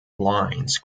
lines